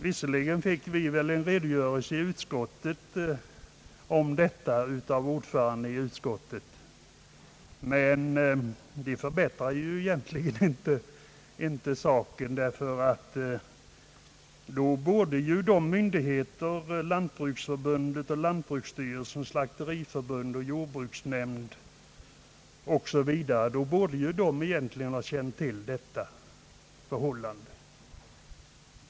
Visserligen fick vi en redogörelse av ordföranden i utskottet om detta, men det förbättrar egentligen inte saken. Lantbruksförbundet, lantbruksstyrelsen, Slakteriförbundet, jordbruksnämnden m.fl. myndigheter borde också ha känt till detta förhållande.